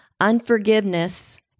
unforgiveness